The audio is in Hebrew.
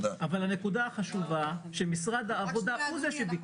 הנקודה החשובה היא שמשרד העבודה הוא זה שביקש.